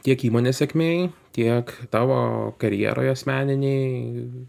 tiek įmonės sėkmėj tiek tavo karjeroj asmeninėj